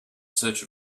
search